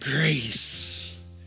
grace